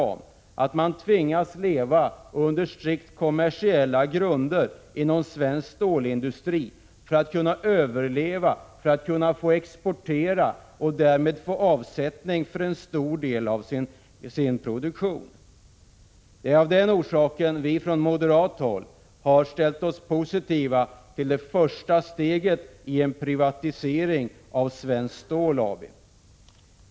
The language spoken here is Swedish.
Svensk stålindustri tvingas att leva på strikt kommersiella grunder för att kunna överleva, för att kunna få exportera och därmed få avsättning för en stor del av sin produktion. Det är av den orsaken vi från moderat håll har ställt oss positiva till det första steget i en privatisering av Svenskt Stål AB.